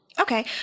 Okay